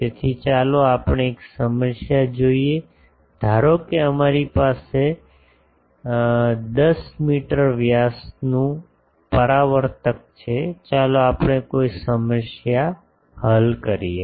તેથી ચાલો આપણે એક સમસ્યા જોઈએ કે ધારો કે અમારી પાસે 10 મીટર વ્યાસનું પરાવર્તક છે ચાલો આપણે કોઈ સમસ્યા હલ કરીએ